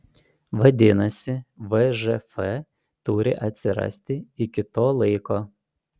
vadinasi vžf turi atsirasti iki to laiko